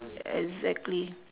exactly